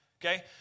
Okay